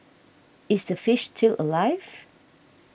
is the fish still alive